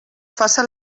faça